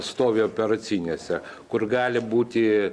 stovi operacinėse kur gali būti